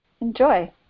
Enjoy